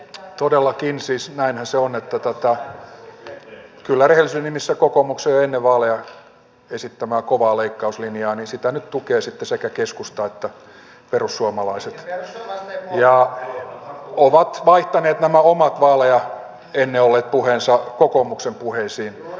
todellakin siis näinhän se on kyllä rehellisyyden nimissä kokoomuksen jo ennen vaaleja esittämää kovaa leikkauslinjaa nyt tukevat sitten sekä keskusta että perussuomalaiset ovat vaihtaneet nämä omat ennen vaaleja olleet puheensa kokoomuksen puheisiin